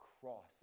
cross